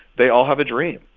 they all have a dream.